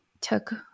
took